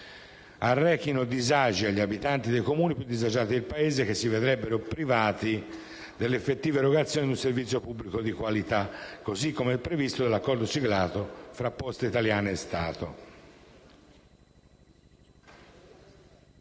arrechino disagi agli abitanti dei Comuni più disagiati del Paese, che si vedrebbero privati dell'effettiva erogazione di un servizio pubblico di qualità, così come previsto dall'accordo siglato tra le Poste italiane e lo Stato».